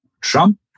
Trump